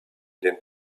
den